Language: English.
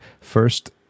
first